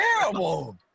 terrible